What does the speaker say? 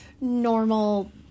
normal